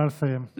נא לסיים.